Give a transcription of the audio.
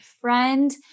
friend